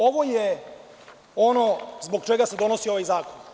Ovo je ono zbog čega se donosi ovaj zakon.